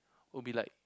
will be like